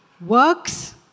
works